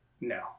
No